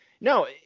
No